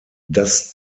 das